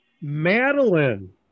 Madeline